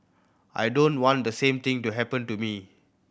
I don't want the same thing to happen to me